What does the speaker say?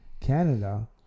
Canada